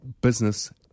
business